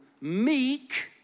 meek